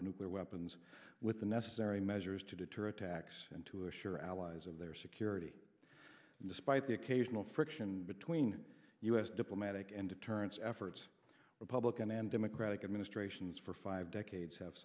of nuclear weapons with the necessary measures to deter attacks and to assure allies of their security despite the occasional friction between us diplomatic and deterrence efforts republican and democratic administrations for five decades have